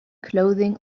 clothing